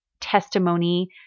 testimony